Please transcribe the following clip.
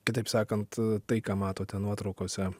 kitaip sakant tai ką matote nuotraukose